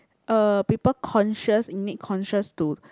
uh people conscious in make conscious to